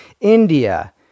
India